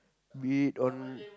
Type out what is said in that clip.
be it on